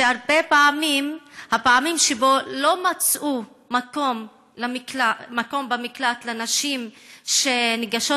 שהפעמים שבהן הן לא מצאו מקום במקלט לנשים שניגשות